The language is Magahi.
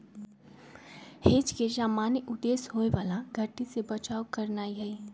हेज के सामान्य उद्देश्य होयबला घट्टी से बचाव करनाइ हइ